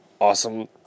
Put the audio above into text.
awesome